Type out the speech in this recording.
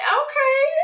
okay